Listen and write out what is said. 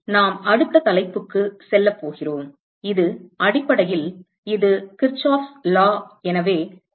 எனவே நாம் அடுத்த தலைப்புக்கு செல்லப் போகிறோம் இது அடிப்படையில் இது கிர்ச்சோஃப் சட்டம் Kirchhoff's law